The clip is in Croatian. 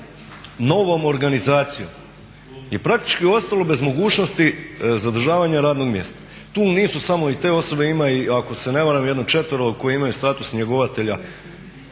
novom organizacijom je praktički ostalo bez mogućnosti zadržavanja radnog mjesta. Tu nisu samo i te osobe, ima ih ako se ne varam jedno četvero koje imaju status njegovatelja,